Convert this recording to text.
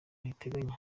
riteganya